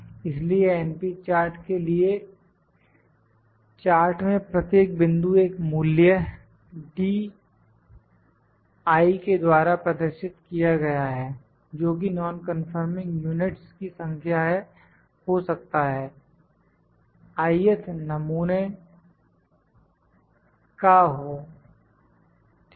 इसलिए np chart के लिए चार्ट में प्रत्येक बिंदु एक मूल्य के द्वारा प्रदर्शित किया गया है जोकि नॉनकन्फॉर्मिंग यूनिट्स की संख्या है हो सकता है i th नमूने का हो ठीक है